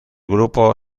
grupo